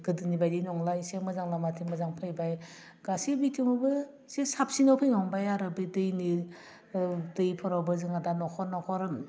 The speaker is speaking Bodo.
गोदोनि बायदि नंला एसे मोजां लामाथिं मोजां फैबाय गासै बिथिङावबो एसे साबसिनाव फैहांबाय आरो बे दैनि दैफोरावबो जोंहा दा नख'र नख'र